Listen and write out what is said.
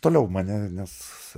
toliau mane nes